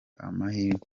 amahirwe